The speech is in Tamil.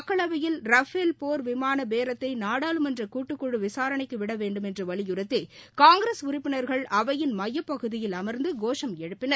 மக்களவையில் ரஃபேல் விமான பேரத்தை நாடாளுமன்ற கூட்டுக்குழு விசாரணைக்கு விட வேண்டுமென்று வலியுறுத்தி காங்கிரஸ் உறுப்பினர்கள் அவையின் மையப்பகுதியில் அமா்ந்து கோஷம் எழுப்பின்